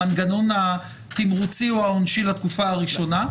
המנגנון התמרוצי או העונשי לתקופה הראשונה.